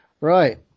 Right